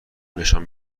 نشان